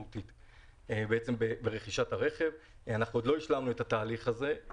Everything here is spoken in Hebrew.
עוד לא השלמנו את התהליך הזה.